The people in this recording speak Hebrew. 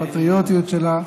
הפטריוטיות שלה,